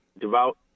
devout